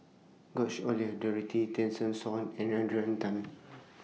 George Oehlers Dorothy Tessensohn and Adrian Tan